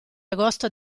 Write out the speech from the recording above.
agosto